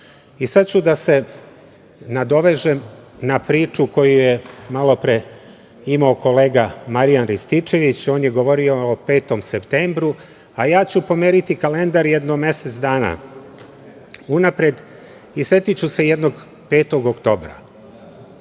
ću da se nadovežem na priču koju je malopre imao kolega Marijan Rističević. On je govorio o 5. septembru, a ja ću pomeriti kalendar jedno mesec dana unapred i setiću se jednog 5. oktobra.